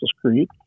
Creed